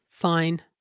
Fine